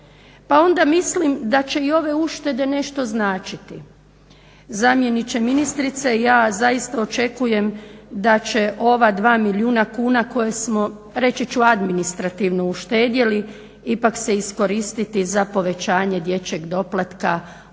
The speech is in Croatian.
pa onda mislim da će i ove uštede nešto značiti. Zamjeniče ministrice ja zaista očekujem da će ova dva milijuna kuna koje smo reći ću administrativno uštedjeli ipak se iskoristi za povećanje dječjeg doplatka u